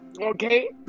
okay